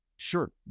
Sure